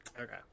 Okay